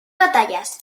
batallas